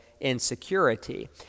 insecurity